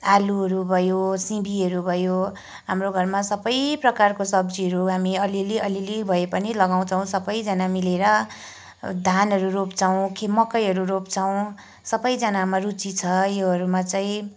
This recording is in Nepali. आलुहरू भयो सिमीहरू भयो हाम्रो घरमा सबै प्रकारको सब्जीहरू हामी अलिअलि अलिअलि भए पनि लगाउँछौँ सबैजना मिलेर धानहरू रोप्छौँ मकैहरू रोप्छौँ सबैजनामा रुचि छ योहरूमा चाहिँ